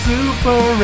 Super